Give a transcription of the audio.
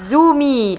Zumi